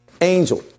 angel